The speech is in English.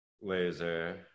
Laser